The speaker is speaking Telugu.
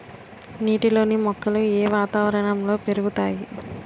నీటిలోని మొక్కలు ఏ వాతావరణంలో పెరుగుతాయి?